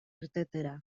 irtetera